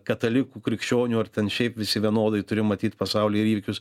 katalikų krikščionių ar ten šiaip visi vienodai turi matyt pasaulį ir įvykius